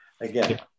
again